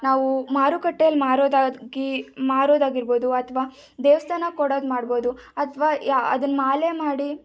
ನಾವು ಮಾರುಕಟ್ಟೇಲಿ ಮಾರೋದಾಗಿ ಮಾರೋದಾಗಿರ್ಬೋದು ಅಥವಾ ದೇವಸ್ಥಾನಕ್ಕೆ ಕೊಡೋದು ಮಾಡ್ಬೋದು ಅಥವಾ ಯಾ ಅದನ್ನು ಮಾಲೆ ಮಾಡಿ